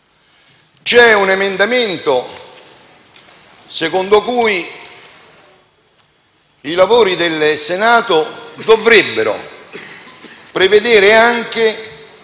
C'è un emendamento secondo cui i lavori del Senato dovrebbero prevedere anche